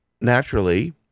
naturally